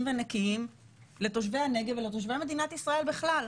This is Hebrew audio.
ונקיים לתושבי הנגב ולתושבי מדינת ישראל בכלל?